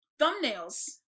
thumbnails